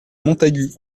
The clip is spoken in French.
montagut